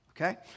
Okay